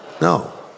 No